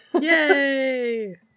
Yay